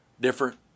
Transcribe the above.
different